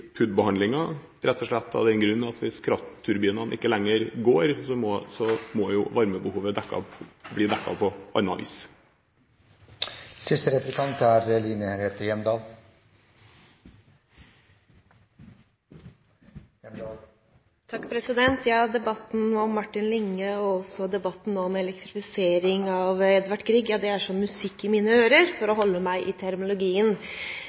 PUD-behandlingen, rett og slett av den grunn at hvis kraftturbinene ikke lenger går, må varmebehovet bli dekket på annet vis. Debattene om Martin Linge-feltet og om elektrifisering av Edvard Grieg-feltet er som musikk i mine ører, for å holde meg til termologien. Det som statsråden redegjør for i